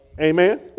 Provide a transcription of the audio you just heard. Amen